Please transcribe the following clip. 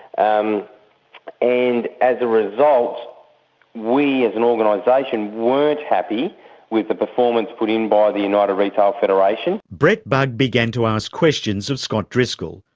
um and as a result we as an organisation weren't happy with the performance put in by the and united retail federation. brett bugg began to ask questions of scott driscoll,